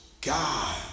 God